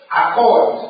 accord